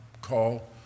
call